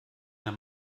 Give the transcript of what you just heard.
der